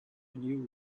new